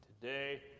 today